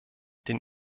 den